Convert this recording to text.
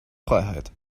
freiheit